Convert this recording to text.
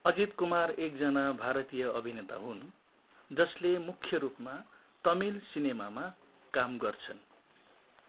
अजित कुमार एकजना भारतीय अभिनेता हुन् जसले मुख्य रूपमा तमिल सिनेमामा काम गर्छन्